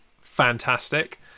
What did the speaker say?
fantastic